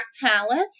talent